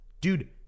Dude